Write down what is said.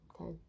okay